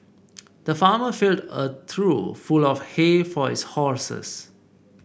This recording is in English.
the farmer filled a trough full of hay for his horses